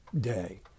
day